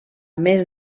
més